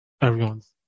everyone's